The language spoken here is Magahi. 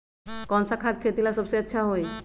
कौन सा खाद खेती ला सबसे अच्छा होई?